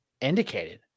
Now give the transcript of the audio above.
indicated